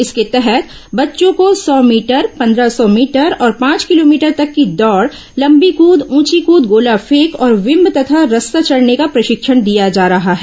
इसके तहत बच्चों को सौ मीटर पंद्रह सौ मीटर और पांच किलोमीटर तक की दौड़ लंबी कृद ऊंची कूद गोलाफेंक और विम्ब तथा रस्सा चढ़ने का प्रशिक्षण दिया जा रहा है